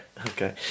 Okay